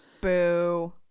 Boo